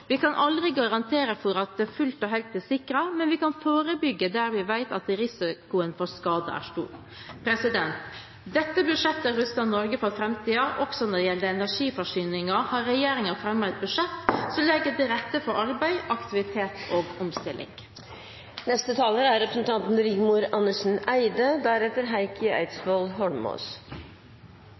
Vi kan aldri garantere at vi er fullt og helt sikret, men vi kan forebygge der vi vet at risikoen for skade er stor. Dette budsjettet ruster Norge for framtiden. Også når det gjelder energiforsyningen, har regjeringen fremmet et budsjett som legger til rette for arbeid, aktivitet og omstilling. Jeg vil starte med det jeg glemte etter mitt forrige innlegg, og det er